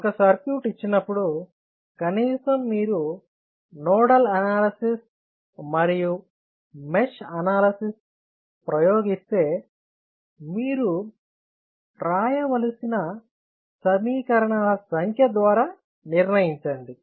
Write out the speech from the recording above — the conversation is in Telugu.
ఒక సర్క్యూట్ ఇచ్చినప్పుడు కనీసం మీరు నోడల్ అనాలసిస్ మరియు మెష్ అనాలసిస్ ప్రయోగిస్తే మీరు వ్రాయవలసిన సమీకరణాల సంఖ్య ద్వారా నిర్ణయించండి